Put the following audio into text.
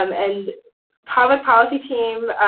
um and public policy team,